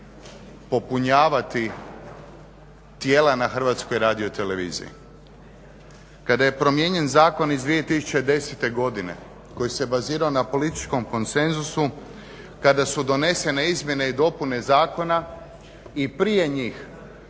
popunjavati tijela na HRT-u. Kada je promijenjen zakon iz 2010. godine koji se bazirao na političkom konsenzusu, kada su donesene izmjene i dopune zakona i prije njih